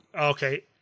okay